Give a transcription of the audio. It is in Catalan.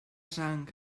sang